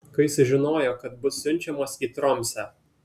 kai sužinojo kad bus siunčiamas į tromsę